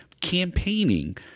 campaigning